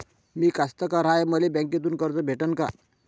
मी कास्तकार हाय, मले बँकेतून कर्ज भेटन का?